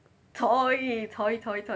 choi choi choi